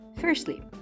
Firstly